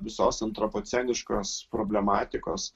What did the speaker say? visos antropoceniškos problematikos